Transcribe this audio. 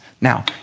Now